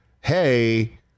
hey